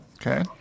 Okay